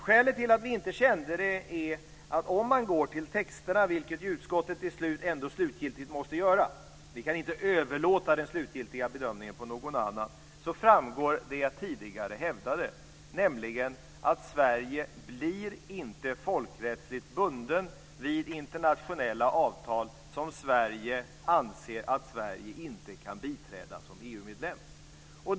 Skälet till att vi inte kände den osäkerheten är att vi gick till texterna, vilket utskottet till slut måste göra - vi kan inte överlåta den slutgiltiga bedömningen på någon annan. I texterna framgår det som jag tidigare hävdade, nämligen att Sverige inte blir folkrättsligt bundet vid internationella avtal som Sverige anser att Sverige inte kan biträda som EU-medlem.